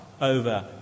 over